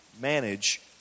manage